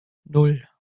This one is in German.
nan